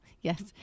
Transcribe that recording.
yes